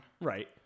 Right